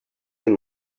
your